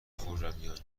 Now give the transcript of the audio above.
خرمیان